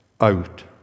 out